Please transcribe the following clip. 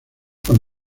con